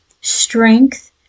strength